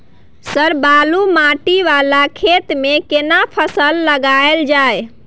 Sir बालू माटी वाला खेत में केना फसल लगायल जाय?